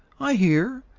i hear,